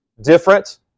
different